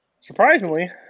Surprisingly